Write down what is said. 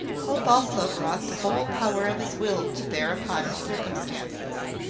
hope also brought the whole power of his will to bear upon his circumstances.